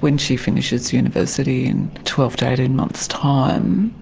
when she finishes university in twelve to eighteen months time